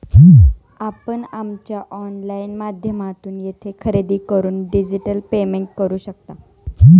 आपण आमच्या ऑनलाइन माध्यमातून येथे खरेदी करून डिजिटल पेमेंट करू शकता